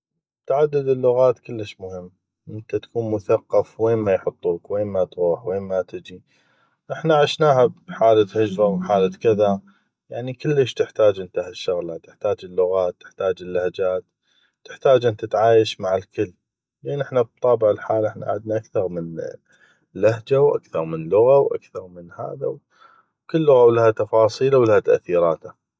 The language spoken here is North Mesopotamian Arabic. تعدد اللغات كلش مهم انته تكون مثقف وين ما تغوح وين ما تجي احنا عشناها بحاله هجره وبحاله كذا يعني كلش تحتاج انته هالشغلات تحتاج اللغات تحتاج اللهجات تحتاج أن تتعايش مع الكل يعني احنا بطابع الحال عدنا اكثغ من لغه ومن لهجه وكل لغة لها تفاصيله ولها تاثيراته